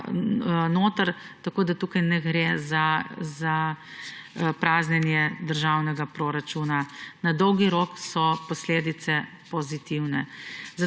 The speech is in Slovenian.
noter. Tako tukaj ne gre za praznjenje državnega proračuna. Na dolgi rok so posledice pozitivne.